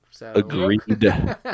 Agreed